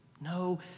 No